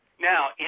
Now